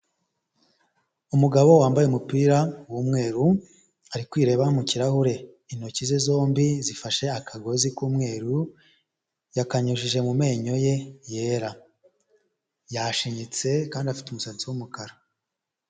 Umugabo wambaye umupira w'umweru ari kwireba mu kirahure, intoki ze zombi zifashe akagozi k'umweru yakanyujije mu menyo ye yera, yashinyitse kandi afite umusatsi w'umukara.